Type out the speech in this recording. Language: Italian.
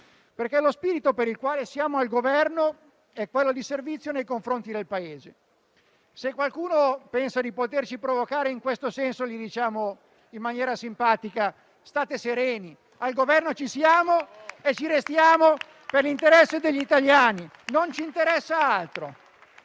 facciamo caso, perché siamo al Governo per spirito di servizio nei confronti del Paese. Se qualcuno pensa di poterci provocare in questo senso, gli diciamo in maniera simpatica di stare sereni, al Governo ci siamo e ci restiamo per l'interesse degli italiani, non ci interessa altro!